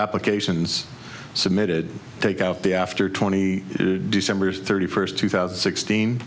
applications submitted take out the after twenty december thirty first two thousand sixteen